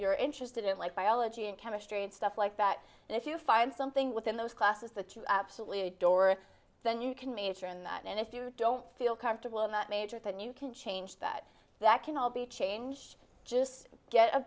you're interested in like biology and chemistry and stuff like that and if you find something within those classes that you absolute doric then you can major in that and if you don't feel comfortable in that major then you can change that that can all be changed just get a